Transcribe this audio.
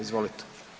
Izvolite.